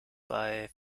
bei